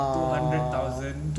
two hundred thousand